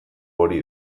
hori